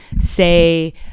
say